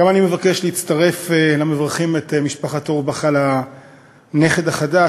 גם אני מבקש להצטרף למברכים את משפחת אורבך על הנכד החדש.